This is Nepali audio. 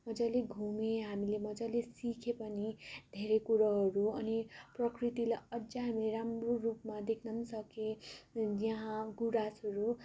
मजाले घुम्यौँ हामीले मजाले सिक्यौँ पनि धेरै कुरोहरू अनि प्रकृतिले अझ हामीले राम्रो रूपमा देख्न सक्यौँ यहाँ गुराँसहरू